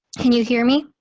can you hear me?